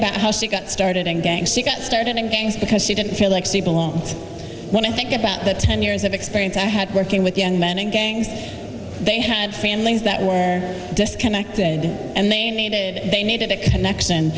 about how she got started and gang see got started and things because she didn't feel like stable on one think about the ten years of experience i had working with young men in gangs they had families that were disconnected and they needed they needed a connection